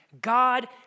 God